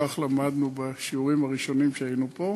כך למדנו בשיעורים הראשונים שהיו פה.